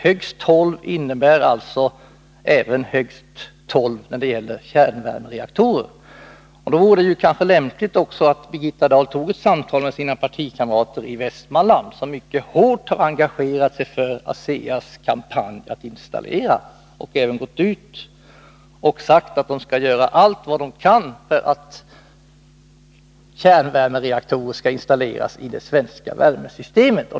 ”Högst tolv” innefattar alltså även kärnvärmereaktorer. Då vore det kanske också lämpligt att Birgitta Dahl tog ett samtal med sina partikamrater i Västmanland, som mycket hårt engagerat sig för ASEA:s installationskampanj och gått ut och sagt att de skall göra allt vad de kan för att kärnvärmereaktorer skall installeras i det svenska värmesystemet.